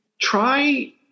try